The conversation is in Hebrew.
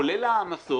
כולל העמסות.